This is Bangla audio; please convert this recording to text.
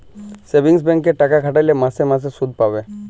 সেভিংস ব্যাংকে টাকা খাটাইলে মাসে মাসে সুদ পাবে